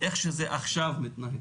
איך שזה עכשיו מתנהל.